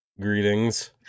Greetings